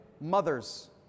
mothers